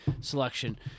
selection